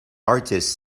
largest